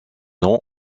nom